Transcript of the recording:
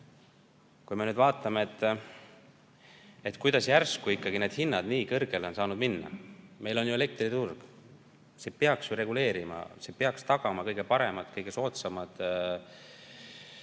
tarbimine. Vaatame nüüd, kuidas järsku ikkagi need hinnad nii kõrgele on saanud minna. Meil on ju elektriturg, see peaks ju hinda reguleerima, see peaks tagama kõige paremad, kõige soodsamad